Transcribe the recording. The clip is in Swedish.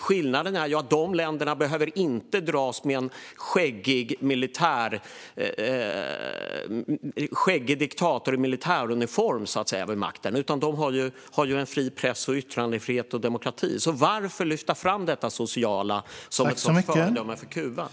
Skillnaden är att dessa andra länder inte behöver dras med en skäggig diktator i militäruniform vid makten, utan de har en fri press, yttrandefrihet och demokrati. Så varför lyfta fram detta sociala på Kuba som ett sådant föredöme?